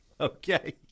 Okay